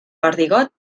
perdigot